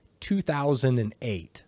2008